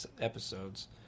episodes